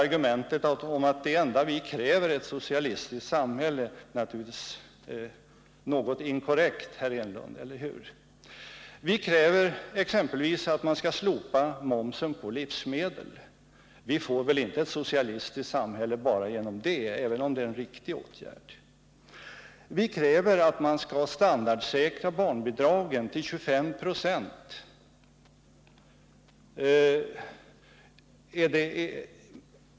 Argumentet att vi i motionen endast kräver ett socialistiskt samhälle är naturligtvis något inkorrekt, eller hur Eric Enlund? Vi kräver exempelvis att momsen på livsmedel skall slopas. Vi får väl inte — även om det är en riktig åtgärd — ett socialistiskt samhälle bara för det? Vi kräver att barnbidragen skall standardsäkras till 25 96 av basbeloppet.